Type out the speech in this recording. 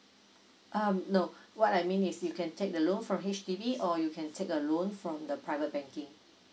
um no what I mean is you can take a loan from H_D_B or you can take a loan from the private banking